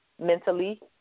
mentally